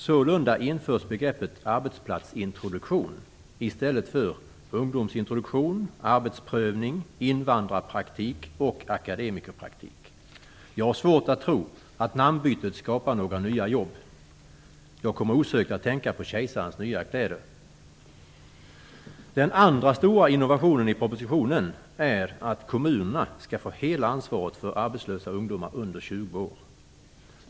Sålunda införs begreppet arbetsplatsintroduktion i stället för ungdomsintroduktion, arbetsprövning, invandrarpraktik och akademikerpraktik. Jag har svårt att tro att namnbytet skapar några nya jobb. Jag kommer osökt att tänka på kejsarens nya kläder. Den andra stora innovationen i propositionen är att kommunerna skall få hela ansvaret för arbetslösa ungdomar under 20 år.